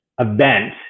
event